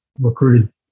recruited